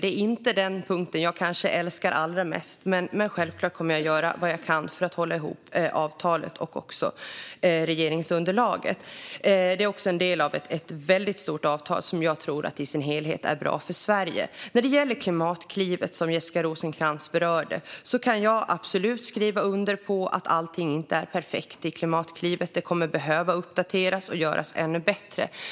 Det är inte den punkt jag älskar allra mest, men självklart kommer jag att göra vad jag kan för att hålla ihop avtalet och även regeringsunderlaget. Det är också en del av ett väldigt stort avtal som jag tror i sin helhet är bra för Sverige. När det gäller Klimatklivet, som Jessica Rosencrantz berörde, kan jag absolut skriva under på att allting inte är perfekt där. Det kommer att behöva uppdateras och göras ännu bättre.